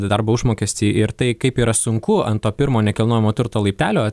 darbo užmokestį ir tai kaip yra sunku ant to pirmo nekilnojamo turto laiptelio